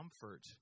comfort